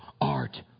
art